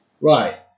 Right